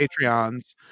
patreons